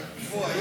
עופר, אתה בעד, כן?